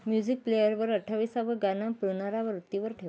music प्लेअरवर अठ्ठावीसावं गाणं पुनरावृत्तीवर ठेव